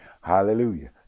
Hallelujah